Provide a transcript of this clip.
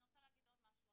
אני רוצה להגיד עוד משהו.